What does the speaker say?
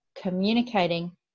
communicating